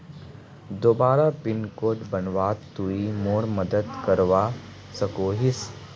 दोबारा pin code बनवात तुई मोर मदद करवा सकोहिस?